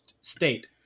state